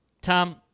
Tom